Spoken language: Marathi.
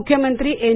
मुख्यमंत्री एन